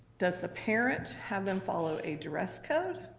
does the parent have them follow a dress code,